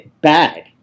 Bad